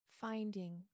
finding